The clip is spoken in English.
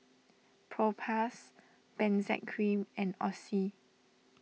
Propass Benzac Cream and Oxy